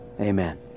Amen